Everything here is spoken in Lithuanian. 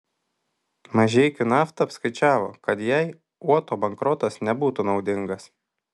mažeikių nafta apskaičiavo kad jai uoto bankrotas nebūtų naudingas